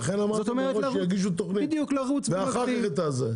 לכן אמרתי שיגישו תוכנית מראש, ואחר כך את זה.